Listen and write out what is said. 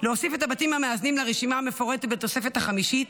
להוסיף את הבתים המאזנים לרשימה המפורטת בתוספת החמישית,